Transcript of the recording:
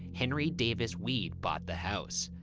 henry davis weed bought the house.